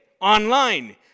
online